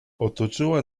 otoczyła